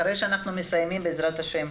אחרי שאנחנו מסיימים, בעזרת השם,